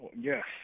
Yes